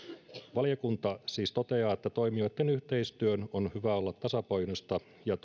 valiokunta siis toteaa että toimijoitten yhteistyön on hyvä olla tasapainoista ja